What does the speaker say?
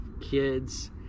kids